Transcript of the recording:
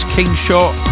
Kingshot